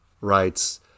writes